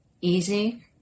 easy